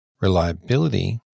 reliability